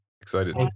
excited